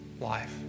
life